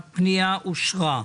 הפנייה אושרה.